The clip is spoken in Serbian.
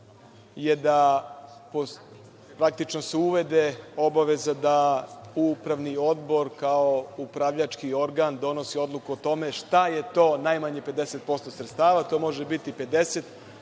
je da se praktično uvede obaveza da upravni odbor, kao upravljački organ, donosi odluku o tome šta je to najmanje 50% sredstava. To može biti 50,